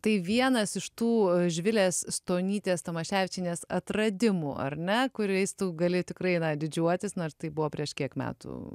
tai vienas iš tų živilės stonytės tamaševičienės atradimų ar ne kuriais tu gali tikrai na didžiuotis nors tai buvo prieš kiek metų